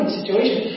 situation